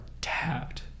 tapped